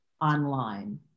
online